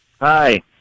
Hi